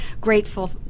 grateful